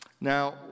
Now